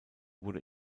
wurde